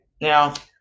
Now